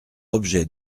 objet